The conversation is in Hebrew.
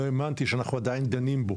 לא האמנתי שאנחנו עדיין דנים בו,